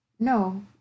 No